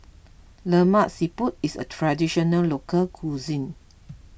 Lemak Siput is a Traditional Local Cuisine